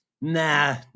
nah